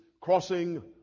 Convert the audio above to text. crossing